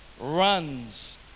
runs